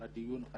על הדיון.